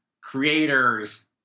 creators